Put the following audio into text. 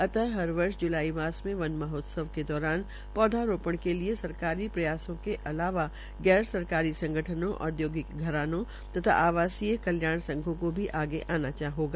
अतः हर वर्ष जुलाई मास में वन महोत्सव के दौरान पौधारोपण के लिये सरकारी प्रयासों के अलावा गैर सरकारी संगठनों औद्योगिक घरानों तथा आवासीय कल्याण संघों को भी आगे आना होगा